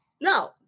no